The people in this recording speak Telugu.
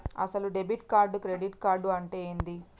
అసలు డెబిట్ కార్డు క్రెడిట్ కార్డు అంటే ఏంది?